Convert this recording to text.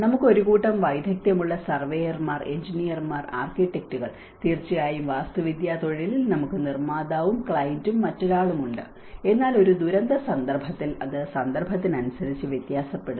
നമുക്ക് ഒരു കൂട്ടം വൈദഗ്ധ്യമുള്ള സർവേയർമാർ എഞ്ചിനീയർമാർ ആർക്കിടെക്റ്റുകൾ തീർച്ചയായും വാസ്തുവിദ്യാ തൊഴിലിൽ നമുക്ക് നിർമ്മാതാവും ക്ലയന്റും മറ്റൊരാളുണ്ട് എന്നാൽ ഒരു ദുരന്ത സന്ദർഭത്തിൽ അത് സന്ദർഭത്തിനനുസരിച്ച് വ്യത്യാസപ്പെടുന്നു